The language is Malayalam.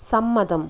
സമ്മതം